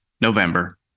November